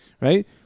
right